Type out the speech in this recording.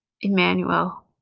Emmanuel